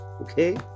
okay